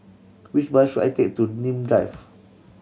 which bus should I take to Nim Drive